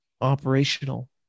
operational